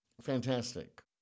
Fantastic